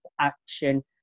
action